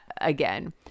again